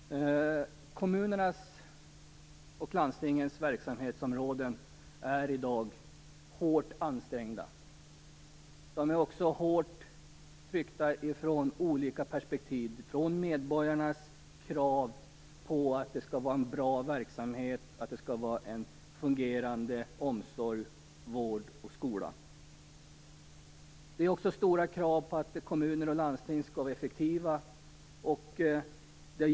Fru talman! Kommunernas och landstingens verksamhetsområden är i dag hårt ansträngda. De utsätts för hårt tryck från olika perspektiv. Medborgarna ställer krav på bra och fungerande omsorg, vård och skola. Det ställs också stora krav på att kommuner och landsting skall vara effektiva.